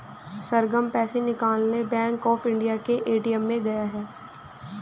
सरगम पैसे निकालने bank of India के ए.टी.एम गई है